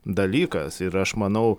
dalykas ir aš manau